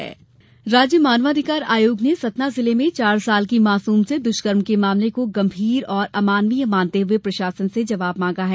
मानवाधिकार आयोग राज्य मानवाधिकार आयोग ने सतना जिले में चार साल की मासूम से दुष्कर्म के मामले को गंभीर और अमानवीय मानते हुए प्रशासन से जवाब मांगा है